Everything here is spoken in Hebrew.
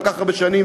כל כך הרבה שנים,